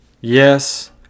Yes